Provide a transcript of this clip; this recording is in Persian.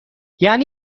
یعنی